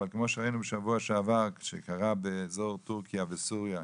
אבל כמו שראינו בשבוע שעבר שקרה באזור טורקיה וסוריה,